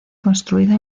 construida